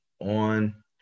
on